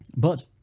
but,